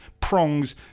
prongs